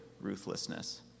ruthlessness